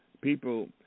people